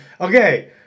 Okay